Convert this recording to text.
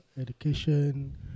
education